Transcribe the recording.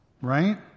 Right